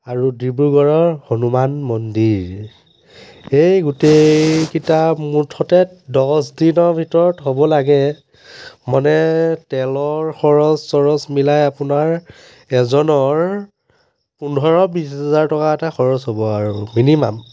আৰু ডিব্ৰুগড়ৰ হনুমান মন্দিৰ এই গোটেইকিটা মুঠতে দহ দিনৰ ভিতৰত হ'ব লাগে মানে তেলৰ খৰচ চৰচ মিলাই আপোনাৰ এজনৰ পোন্ধৰ বিশ হেজাৰ টকা এটা খৰচ হ'ব আৰু মিনিমাম